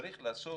צריך לעשות